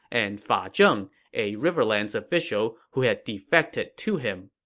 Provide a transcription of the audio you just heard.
and fa ah zheng, a riverlands official who had defected to him.